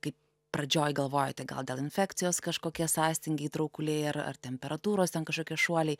kaip pradžioj galvojote gal dėl infekcijos kažkokie sąstingiai traukuliai ar ar temperatūros ten kašokie šuoliai